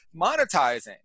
monetizing